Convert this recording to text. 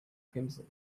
crimson